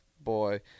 boy